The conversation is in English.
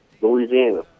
Louisiana